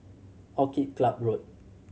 Orchid Club Road